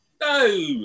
No